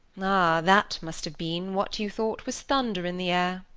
ah, that must have been what you thought was thunder in the air.